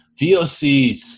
VOCs